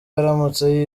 aramutse